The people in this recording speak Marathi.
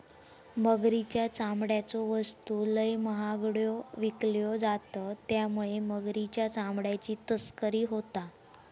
मगरीच्या चामड्याच्यो वस्तू लय महागड्यो विकल्यो जातत त्यामुळे मगरीच्या चामड्याची तस्करी होता